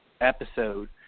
episode